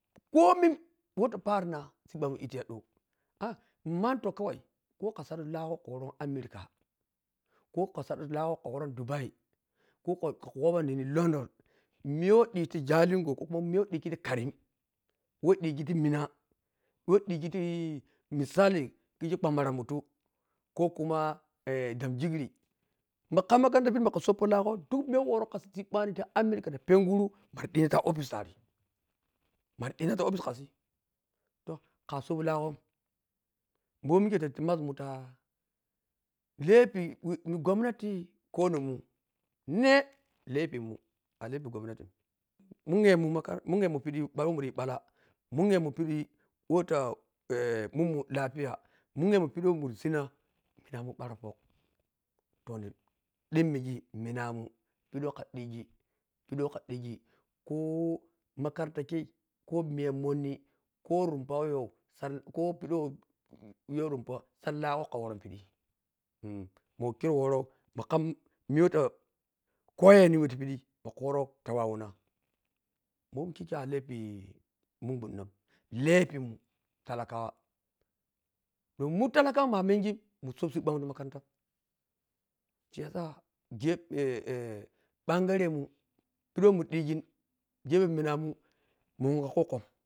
Komin wah ta farima sibbamun te tiyadho “aa” monto kawai ko kha sandhau tehgho khan sandhau lehgho khan wprpn amirika ko kwa saddau lagho kkha woron dubai ko ka ka woronini london miya wah dhigi ti jahgo ko kumi miyawag dheji ti karim wah dhigi ti mina wah dhigi tii misali khizi pabbaran mutu ko kuma damagigri ma kham makaranta tipidhi makha soppo lahgho duk miya wah soppo lahni ki amirika ti penguro mara dhina ti office tare mara dhina toh office khasi to khaseb tahghon momi mikhe ta mazmun taa lefi ni gomnati ko nimun mhe lefimun alefi gomnati munnye makara munnye mun pighi wamuri balla munnye mun pidhi watiyi lafiya munnye pishi wah mura sinnah minamun parophok to ni dhimmigi manamun pidhi wah khadhag pidhi wah khadhigi ko makaranta khe ko meiya monny ko runoa wah yho har ko sadhi lahgho khanmunpa sadhi lahgho khanworon pidha ma khero woro ma kham miya wah fa koyeni ti pidhi ma khumoron ti pidhi ma khuworon ta wawina momi khikhe a lafee minghwa dhinan laifimun talakawa mua muntalakawa muna mengi musoh sibba tamakaranta siyasa gyefen bangaremun pidhiwah mundhigin gefe munamun muwon kha kwokwom.